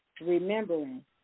remembering